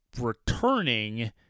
returning